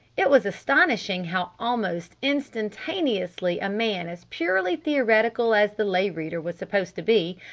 it was astonishing how almost instantaneously a man as purely theoretical as the lay reader was supposed to be,